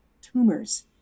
tumors